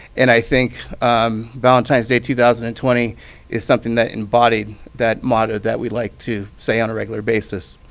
and i think valentine's day two thousand and twenty is something that embodied that motto that we like to say on a regular basis.